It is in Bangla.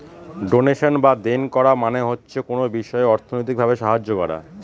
ডোনেশন বা দেন করা মানে হচ্ছে কোনো বিষয়ে অর্থনৈতিক ভাবে সাহায্য করা